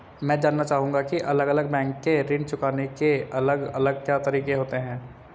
मैं जानना चाहूंगा की अलग अलग बैंक के ऋण चुकाने के अलग अलग क्या तरीके होते हैं?